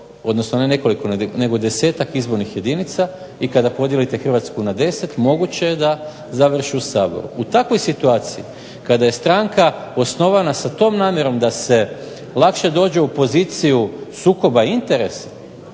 odnosno ne nekoliko nego 10-tak izbornih jedinica i kada podijelite Hrvatsku na 10 moguće je da završi u Saboru. U takvoj situaciji kada je stranka osnovana sa tom namjerom da se lakše dođe u poziciju sukoba interesa,